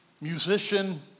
Musician